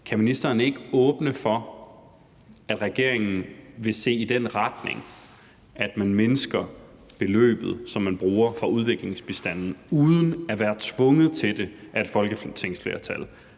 Kan ministeren ikke åbne for, at regeringen vil se i den retning, at man mindsker beløbet, som man bruger fra udviklingsbistanden, uden at være tvunget til det af et folketingsflertal?